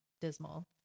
dismal